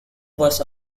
was